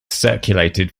circulated